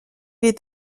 est